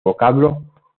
vocablo